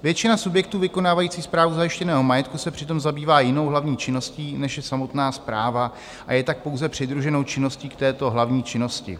Většina subjektů vykonávající správu zajištěného majetku se přitom zabývá jinou hlavní činností, než je samotná správa, a je tak pouze přidruženou činností k této hlavní činnosti.